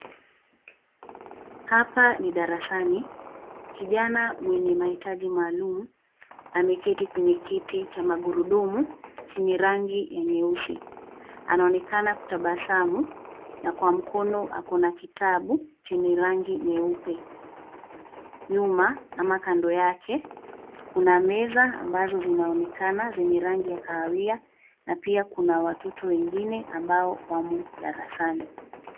Hapa ni darasani, kijana mwenye maitaji maalum ameketi kwenye kiti cha magurudumu, chenye rangi ya nyeusi. Anaonekana kutabasamu na kwa mkono ako na kitabu chenye rangi nyeupe. Nyuma ama kando yake kuna meza ambazo zinaonekana zenye rangi ya kahawia na pia kuna watoto wengine ambao wamo darasani.